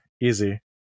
Easy